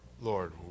Lord